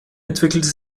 entwickelte